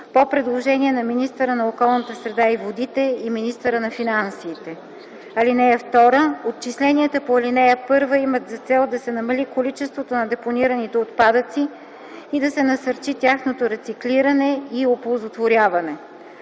по предложение на министъра на околната среда и водите и министъра на финансите. (2) Отчисленията по ал. 1 имат за цел да се намали количеството на депонираните отпадъци и да се насърчи тяхното рециклиране и оползотворяване.